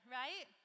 right